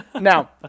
Now